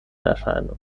erscheinung